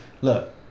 Look